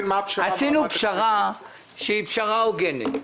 אנחנו עשינו פשרה הוגנת.